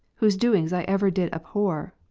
whose doings i ever did abhor,